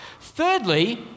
Thirdly